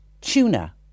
tuna